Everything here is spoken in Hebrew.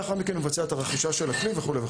לאחר מכן הוא מבצע את הרכישה של הכלי וכולי.